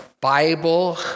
Bible